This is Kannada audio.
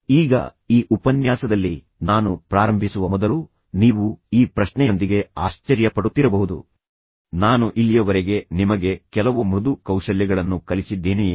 ಈಗ ಈ ಉಪನ್ಯಾಸದಲ್ಲಿ ನಾನು ಪ್ರಾರಂಭಿಸುವ ಮೊದಲು ನೀವು ಈ ಪ್ರಶ್ನೆಯೊಂದಿಗೆ ಆಶ್ಚರ್ಯ ಪಡುತ್ತಿರಬಹುದು ನಾನು ಇಲ್ಲಿಯವರೆಗೆ ನಿಮಗೆ ಕೆಲವು ಮೃದು ಕೌಶಲ್ಯಗಳನ್ನು ಕಲಿಸಿದ್ದೇನೆಯೇ